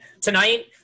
tonight